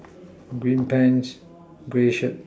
green pants grey shirt